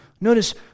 Notice